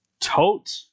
Tote